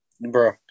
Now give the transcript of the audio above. bro